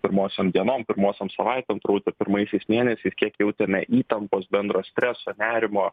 pirmosiom dienom pirmosiom savaitėm turbūt pi pirmaisiais mėnesiais kiek jautėme įtampos bendro streso nerimo